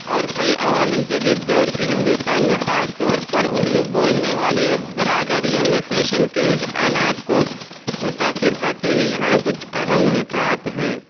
اور کئی عوامل جدید دور کی ہندوستان میں خاص طور پر اردو بولنے والی برادریوں میں فیشن کے رجحانات کو متاثر کرتے ہی یہاں کچھ اہم نکات ہیں